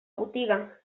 botiga